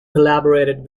collaborated